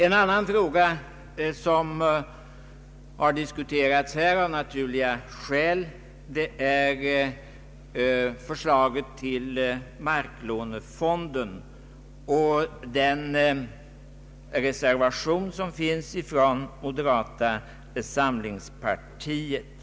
En annan fråga som har diskuterats — av naturliga skäl — är anslaget till marklånefonden och den reservation som avgivits av moderata samlingspartiet.